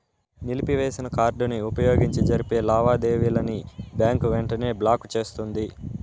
నిలిపివేసిన కార్డుని వుపయోగించి జరిపే లావాదేవీలని బ్యాంకు వెంటనే బ్లాకు చేస్తుంది